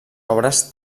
obres